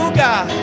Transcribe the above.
god